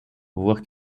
voire